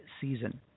season